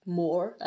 more